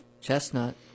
chestnut